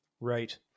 Right